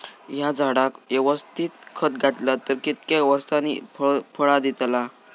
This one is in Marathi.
हया झाडाक यवस्तित खत घातला तर कितक्या वरसांनी फळा दीताला?